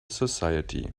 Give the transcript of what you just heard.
society